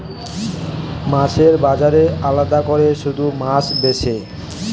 মাছের বাজারে আলাদা কোরে শুধু মাছ বেচে